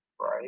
Right